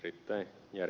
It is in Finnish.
itä ja